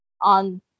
on